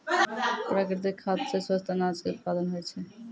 प्राकृतिक खाद सॅ स्वस्थ अनाज के उत्पादन होय छै